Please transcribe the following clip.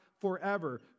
forever